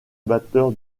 batteur